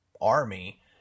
army